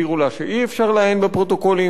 הסבירו לה שאי-אפשר לעיין בפרוטוקולים,